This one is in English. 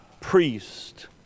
priest